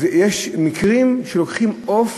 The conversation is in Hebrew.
אז יש מקרים שלוקחים עוף